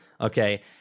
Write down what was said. okay